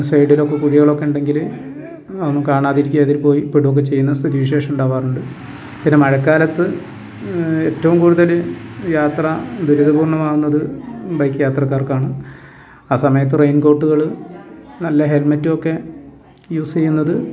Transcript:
സൈഡിലൊക്കെ കുഴികളൊക്കെ ഉണ്ടെങ്കിൽ ഒന്നും കാണാതിരിക്കുക അതിൽ പോയി പെടുവൊക്കെ ചെയ്യുന്ന സ്ഥിതി വിശേഷമുണ്ടാകാറുണ്ട് പിന്നെ മഴക്കാലത്ത് ഏറ്റവും കൂടുതല് യാത്ര ദുരിതപൂർണ്ണമാകുന്നത് ബൈക്ക് യാത്രക്കാർക്കാണ് ആ സമയത്ത് റെയിൻ കോട്ടുകള് നല്ല ഹെൽമറ്റോക്കെ യൂസ് ചെയ്യുന്നത്